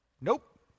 Nope